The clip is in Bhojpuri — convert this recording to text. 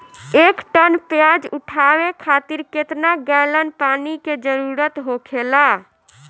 एक टन प्याज उठावे खातिर केतना गैलन पानी के जरूरत होखेला?